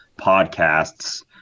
podcasts